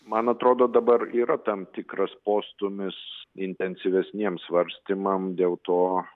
man atrodo dabar yra tam tikras postūmis intensyvesniems svarstymams dėl to